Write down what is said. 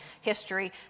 history